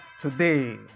Today